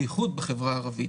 בייחוד בחברה הערבית.